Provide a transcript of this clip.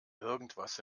irgendwas